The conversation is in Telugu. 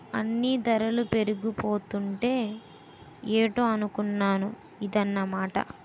అన్నీ దరలు పెరిగిపోతాంటే ఏటో అనుకున్నాను ఇదన్నమాట